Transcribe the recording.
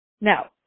Now